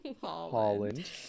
Holland